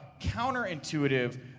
counterintuitive